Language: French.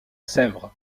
sèvres